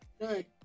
Good